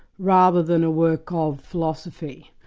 rather than a work of philosophy.